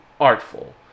artful